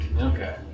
Okay